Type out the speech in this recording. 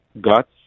guts